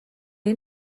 این